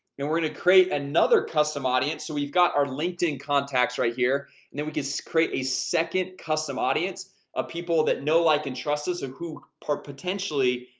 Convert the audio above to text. and we're gonna create another custom audience, so we've got our linkedin contacts right here and then we can just create a second custom audience of people that know like and trust us or who are potentially?